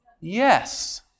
Yes